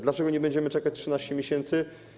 Dlaczego nie będziemy czekać 13 miesięcy?